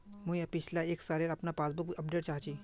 मुई पिछला एक सालेर अपना पासबुक अपडेट चाहची?